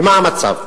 ומה המצב?